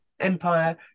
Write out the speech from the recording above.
empire